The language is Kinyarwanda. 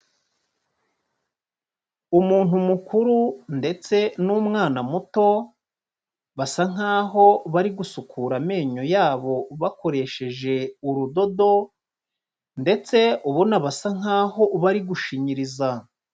Umuntu mukuru ndetse n'umwana muto, basa nk'aho bari gusukura amenyo yabo bakoresheje urudodo ndetse ubona basa nk'aho bari gushinyiriza.